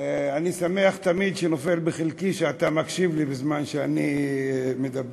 אני תמיד שמח שנופל בחלקי שאתה מקשיב לי בזמן שאני מדבר,